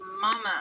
Mama